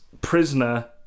prisoner